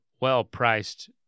well-priced